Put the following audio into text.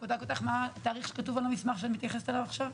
מה התאריך שכתוב על המסמך שאת מתייחסת אליו עכשיו?